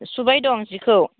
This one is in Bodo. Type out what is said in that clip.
सुबाय दं जिखौ